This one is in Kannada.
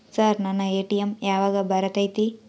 ಸರ್ ನನ್ನ ಎ.ಟಿ.ಎಂ ಯಾವಾಗ ಬರತೈತಿ?